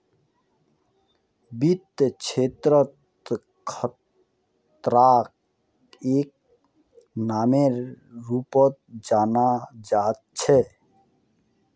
वित्त क्षेत्रत खतराक एक नामेर रूपत जाना जा छे